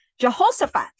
Jehoshaphat